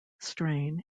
strain